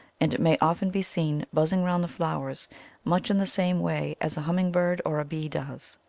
and it may often be seen buzzing round the flowers much in the same way as a humming-bird or a bee does.